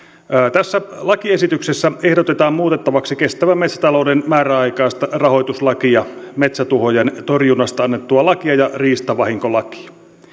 tässä lakiesityksessä ehdotetaan muutettavaksi kestävän metsätalouden määräaikaista rahoituslakia metsätuhojen torjunnasta annettua lakia ja riistavahinkolakia